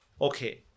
okay